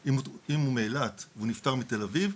אם הוא מאילת ונפטר בתל אביב,